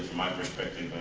my perspective,